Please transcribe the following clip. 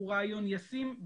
רעיון ישים,